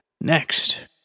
Next